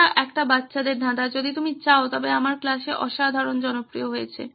এটি একটি বাচ্চাদের ধাঁধা যদি তুমি চাও তবে আমার ক্লাসে অসাধারণ জনপ্রিয় হয়েছে